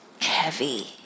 heavy